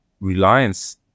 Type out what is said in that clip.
reliance